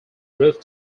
roof